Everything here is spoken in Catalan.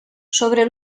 sobre